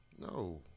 No